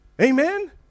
Amen